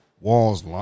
Walls